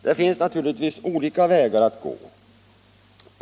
Det finns naturligtvis olika vägar att gå.